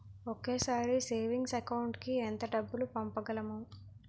ఒకేసారి savings account కి ఎంత డబ్బు పంపించగలము?